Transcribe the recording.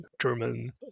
German